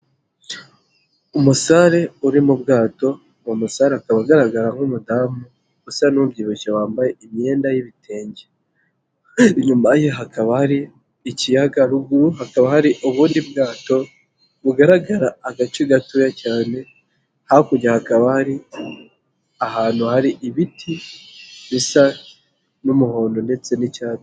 Umusare uri mu bwato uwo musare akaba agaragara nk'umudamu usa n'ubyibushye wambaye imyenda y'ibitenge, inyuma ye hakaba hari ikiyaga, ruguru hakaba hari ubundi bwato bugaragara agace gatoya cyane, hakurya hakaba hari ahantu hari ibiti bisa n'umuhondo ndetse n'icyatsi.